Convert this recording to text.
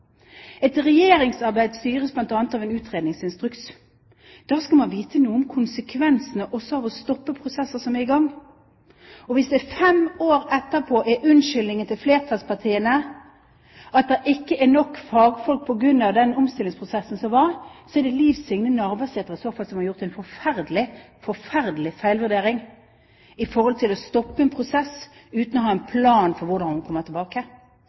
regjeringsarbeid styres bl.a. av en utredningsinstruks. Da skal man også vite noe om konsekvensene av å stoppe prosesser som er i gang. Og hvis unnskyldningen til flertallspartiene fem år etterpå er at det ikke er nok fagfolk på grunn av den omstillingsprosessen som var, er det i så fall Liv Signe Navarsete som har gjort en forferdelig – forferdelig – feilvurdering med hensyn til å stoppe en prosess uten å ha en plan for hvordan hun kommer tilbake.